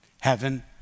heaven